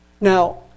Now